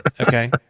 okay